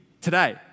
today